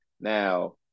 Now